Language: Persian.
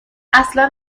اصلا